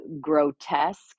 grotesque